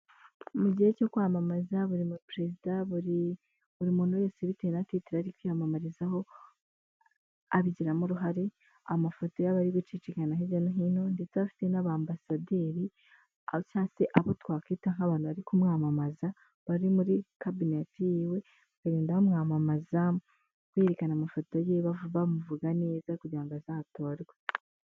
Mu gihe cyo kwamamaza buri mu perezida, buri muntu wese bitewe na titire ari kwiyamamarizaho abigiramo uruhare, amafoto ye abari gucicikana hirya no hino, ndetse afite n'abambasaderi cyangwa se abo twakwita nk'abantu bari kumwamamaza bari muri kabineti yiwe, bakagenda bamwamamazamu berekana amafoto ye, bamuvuga neza kugira ngo azatorwe.